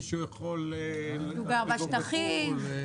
אם הוא גר בשטחים.